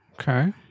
Okay